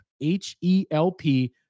H-E-L-P